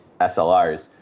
SLRs